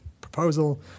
proposal